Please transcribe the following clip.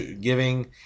giving